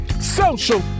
social